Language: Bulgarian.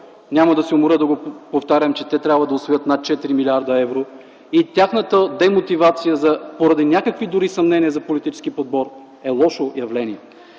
Няма да се уморя да повтарям, че те трябва да усвоят над 4 млрд. евро и тяхната демотивация, поради някакви дори съмнения за политически подбор, е лошо явление.